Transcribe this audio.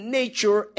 nature